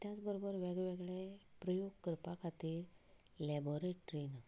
त्याच बरोबर वेगळे वेगळे प्रयोग करपा खातीर लॅबॉरट्री ना